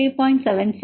எனவே இது 1